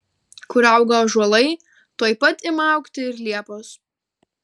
kur auga ąžuolai tuoj pat ima augti ir liepos